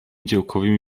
działkowymi